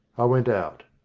i went out.